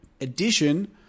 addition